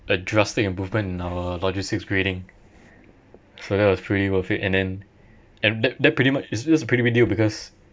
a drastic improvement in our logistics grading so that was pretty worth it and then and that that pretty much it's just pretty big deal because